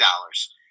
dollars